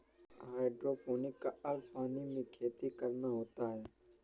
hydroponic का अर्थ पानी में खेती करना होता है